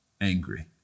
angry